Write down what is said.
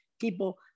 people